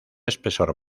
espesor